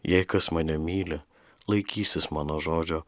jai kas mane myli laikysis mano žodžio